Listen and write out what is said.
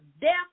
death